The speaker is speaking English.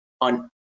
on